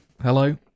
Hello